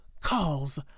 calls